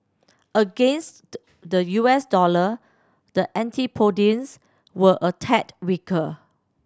against the the U S dollar the antipodeans were a tad weaker